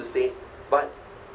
to stay but